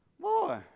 Boy